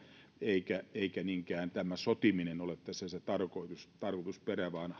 eikä eikä niinkään tämä sotiminen ole tässä se tarkoitusperä vaan